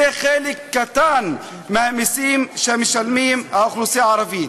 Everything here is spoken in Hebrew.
זה חלק קטן מהמסים שמשלמים האוכלוסייה הערבית.